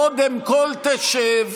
קודם כול תשב.